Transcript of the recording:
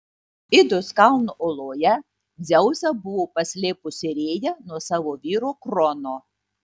idos kalno oloje dzeusą buvo paslėpusi rėja nuo savo vyro krono